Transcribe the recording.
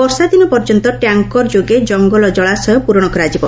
ବର୍ଷାଦିନ ପର୍ଯ୍ୟନ୍ତ ଟ୍ୟାଙ୍କର ଯୋଗେ ଜଙ୍ଗଲ ଜଳାଶୟ ପ୍ ରଣ କରାଯିବ